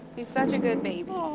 he's such a good baby. aw.